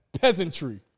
peasantry